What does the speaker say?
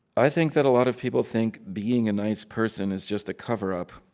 i think that a lot of people think being a nice person is just a cover-up.